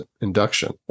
induction